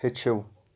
ہیٚچھِو